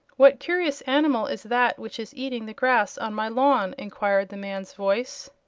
what curious animal is that which is eating the grass on my lawn? enquired the man's voice.